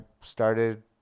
started